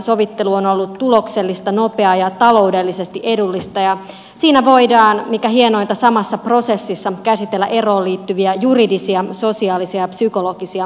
sovittelu on ollut tuloksellista nopeaa ja taloudellisesti edullista ja siinä voidaan mikä hienointa samassa prosessissa käsitellä eroon liittyviä juridisia sosiaalisia ja psykologisia kysymyksiä